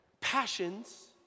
passions